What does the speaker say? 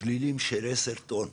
גלילים של 10 טון.